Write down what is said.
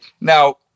Now